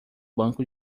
banco